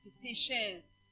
petitions